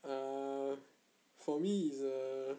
err for me is a